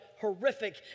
Horrific